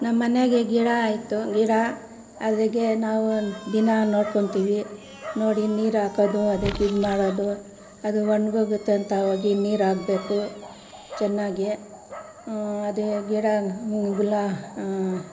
ನಮ್ಮನೆಗೆ ಗಿಡ ಆಯಿತು ಗಿಡ ಅದಾಗೆ ನಾವು ದಿನಾ ನೋಡ್ಕೊಳ್ತೀವಿ ನೋಡಿ ನೀರು ಹಾಕೋದು ಅದಕ್ಕೆ ಇದು ಮಾಡೋದು ಅದು ಒಣ್ಗೋಗುತ್ತೆ ಅಂತ ಹೋಗಿ ನೀರು ಆಗಬೇಕು ಚೆನ್ನಾಗಿ ಅದೇ ಗಿಡ ಗುಲಾ